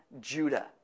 Judah